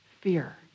Fear